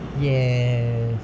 yes